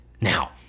Now